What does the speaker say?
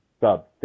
sub